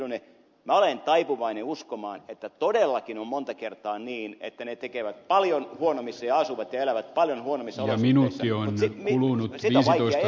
kiljunen viittasi minä olen taipuvainen uskomaan että todellakin on monta kertaa niin että he tekevät ja asuvat ja elävät paljon kuin se on minulle jo ensi huonommissa olosuhteissa